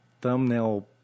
thumbnail